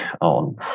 on